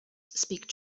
speak